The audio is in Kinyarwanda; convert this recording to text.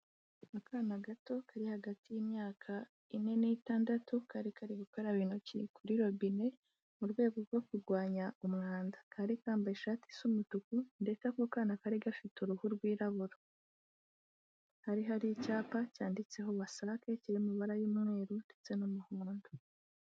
Akana gato kari hagati y'imyaka ine n'itandatu kari kari gukaraba intoki kuri robine mu rwego rwo kurwanya umwanda, kari kambaye ishati isa umutuku ndetse ako kana kari gafite uruhu rwirabura, hari hari icyapa cyanditseho WASAC kiri mu ibara ry'umweru ndetse n'umuhondo.